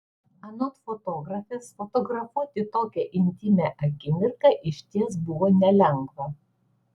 anot fotografės fotografuoti tokią intymią akimirką išties buvo nelengva